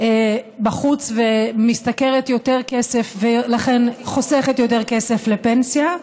בחוץ ומשתכרת יותר כסף ולכן חוסכת יותר כסף לפנסיה,